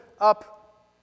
up